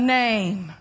name